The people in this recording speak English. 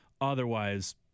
Otherwise